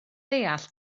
deall